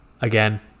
again